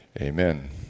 Amen